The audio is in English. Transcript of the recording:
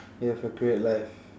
you have a great life